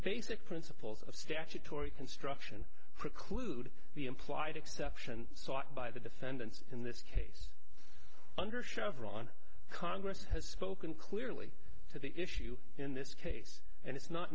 basic principles of statutory construction preclude the implied exception sought by the defendants in this case under chevron congress has spoken clearly to the issue in this case and it's not